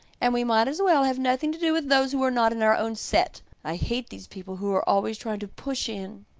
and we might as well have nothing to do with those who are not in our own set. i hate these people who are always trying to push in.